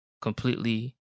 completely